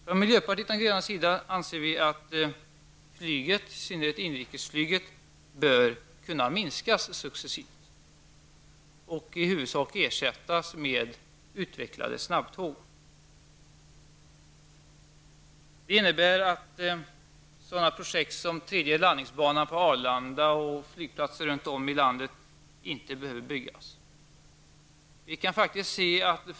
Från miljöpartiet de gröna anser vi att flyget, i synnerhet inrikesflyget, bör kunna minskas successivt och i huvudsak ersättas med utvecklade snabbtåg. Det innebär att sådana projekt som en tredje landningsbana på Arlanda och flygplatser runt om i landet inte behöver genomföras.